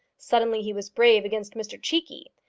suddenly he was brave against mr cheekey,